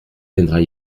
viendras